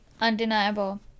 undeniable